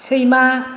सैमा